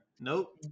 Nope